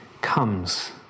comes